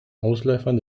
ausläufern